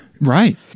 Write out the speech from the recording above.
Right